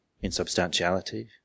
insubstantiality